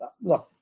Look